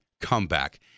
Comeback